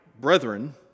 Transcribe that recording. brethren